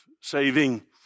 saving